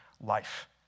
life